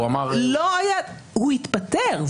הוא התפטר.